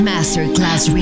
Masterclass